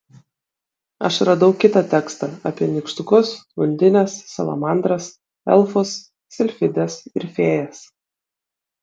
aš radau kitą tekstą apie nykštukus undines salamandras elfus silfides ir fėjas